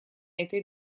этой